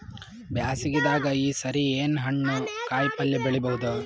ಬ್ಯಾಸಗಿ ದಾಗ ಈ ಸರಿ ಏನ್ ಹಣ್ಣು, ಕಾಯಿ ಪಲ್ಯ ಬೆಳಿ ಬಹುದ?